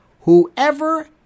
whoever